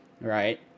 right